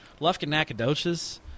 Lufkin-Nacogdoches